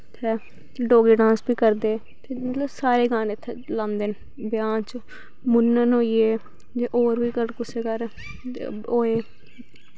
ते डोगरी डांस बी करदे मतलव सारे गाने इत्थें लांदे न ब्यांह् च मूनन होईये जियां होर होए अगर कुसेै घर ते होए